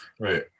Right